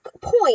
point